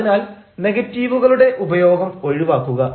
അതിനാൽ നെഗറ്റീവുകളുടെ ഉപയോഗം ഒഴിവാക്കുക